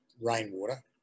rainwater